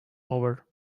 over